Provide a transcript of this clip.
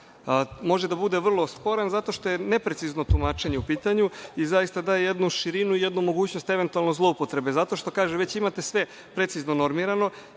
može da bude vrlo sporan, zato što je neprecizno tumačenje u pitanje i zaista daje jednu širinu i jednu mogućnost eventualno zloupotrebe. Već imate sve precizno normirano